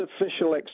official